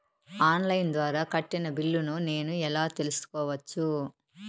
On line ద్వారా కట్టిన బిల్లును నేను ఎలా తెలుసుకోవచ్చు?